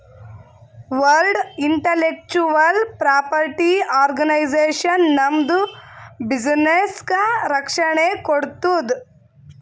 world intellectual property organisation ನಮ್ದು ಬಿಸಿನ್ನೆಸ್ಗ ರಕ್ಷಣೆ ಕೋಡ್ತುದ್